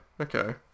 Okay